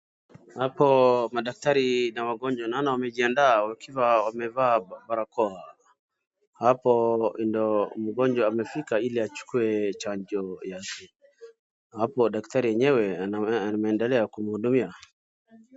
Hapo madaktari na wagonjwa, naona wamejiandaa wakiwa wakivaa barakoa. Hapo ndiyo mgonjwa amefika ili achukue chanjo yake. Hapo daktari enyewe ameendelea kumhudumia.